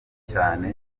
cyane